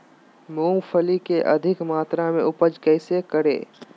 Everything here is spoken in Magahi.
मूंगफली के अधिक मात्रा मे उपज कैसे करें?